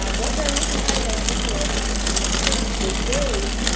what i want to highlight here is is the way